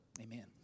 Amen